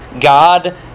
God